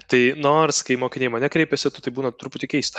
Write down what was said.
tai nors kai mokiniai į mane kreipiasi tu tai būna truputį keista